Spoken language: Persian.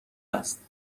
است